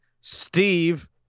Steve